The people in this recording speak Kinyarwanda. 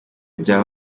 bya